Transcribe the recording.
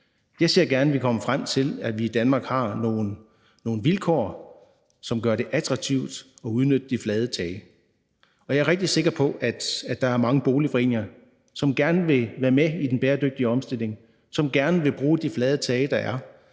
Jeg ser gerne, at vi kommer frem til, at vi i Danmark har nogle vilkår, som gør det attraktivt at udnytte de flade tage, og jeg er rigtig sikker på, at der er mange boligforeninger, som gerne vil være med i den bæredygtige omstilling, og som gerne vil bruge de flade tage, der er.